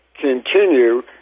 continue